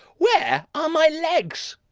where are my legs?